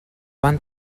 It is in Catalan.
van